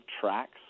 tracks